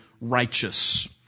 righteous